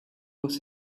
was